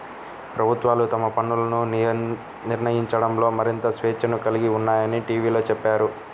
ప్రభుత్వాలు తమ పన్నులను నిర్ణయించడంలో మరింత స్వేచ్ఛను కలిగి ఉన్నాయని టీవీలో చెప్పారు